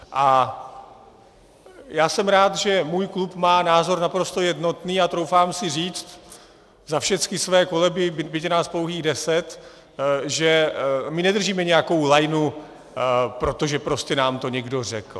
A já jsem rád, že můj klub má názor naprosto jednotný, a troufám si říct za všechny své kolegy, byť nás je pouhých deset, že my nedržíme nějakou lajnu, protože prostě nám to někdo řekl.